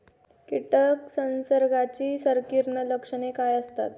कीटक संसर्गाची संकीर्ण लक्षणे काय असतात?